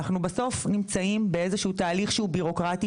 אנחנו בסוף נמצאים באיזה שהוא תהליך שהוא בירוקרטי,